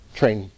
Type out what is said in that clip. train